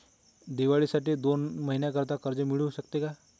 दिवाळीसाठी दोन महिन्याकरिता कर्ज मिळू शकते का?